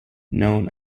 known